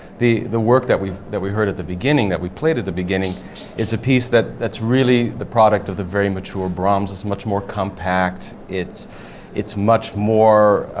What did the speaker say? the the work that we that we heard at the beginning that we played at the beginning is a piece that, that's really the product of the very mature brahms, it's much more compact, it's it's much more,